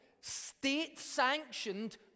state-sanctioned